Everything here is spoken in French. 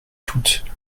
toutes